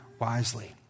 wisely